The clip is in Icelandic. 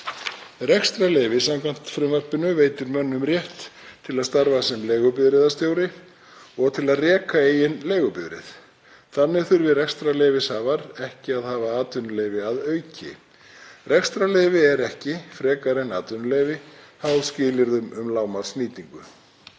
Rekstrarleyfi, samkvæmt frumvarpinu, veitir mönnum rétt til að starfa sem leigubifreiðarstjórar og til að reka eigin leigubifreið. Þannig þurfi rekstrarleyfishafar ekki að hafa atvinnuleyfi að auki. Rekstrarleyfi er ekki frekar en atvinnuleyfi háð skilyrðum um lágmarksnýtingu.